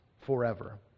forever